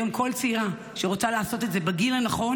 היום כל צעירה שרוצה לעשות את זה בגיל הנכון,